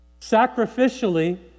sacrificially